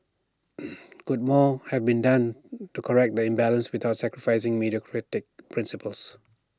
could more have been done to correct the imbalance without sacrificing meritocratic principles